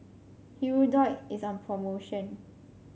Hirudoid is on promotion